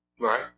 Right